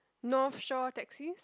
North Shore taxis